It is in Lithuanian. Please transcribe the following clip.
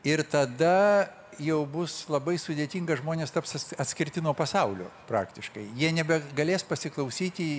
ir tada jau bus labai sudėtinga žmonės taps atskirti nuo pasaulio praktiškai jie nebegalės pasiklausyti